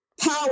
power